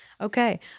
Okay